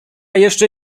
jeszcze